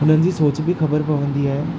हुन जी सोच बि ख़बरु पवंदी आहे